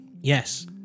yes